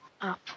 Up